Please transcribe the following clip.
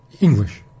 English